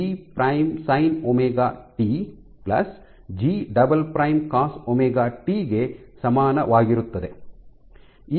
G prime sine omega t G' Sin ωt plus G double prime cos omega t G" Cos ωt ಗೆ ಸಮಾನವಾಗಿರುತ್ತದೆ